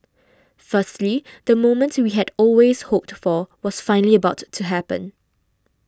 firstly the moment we had always hoped for was finally about to happen